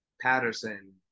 Patterson